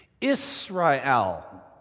Israel